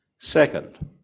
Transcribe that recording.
Second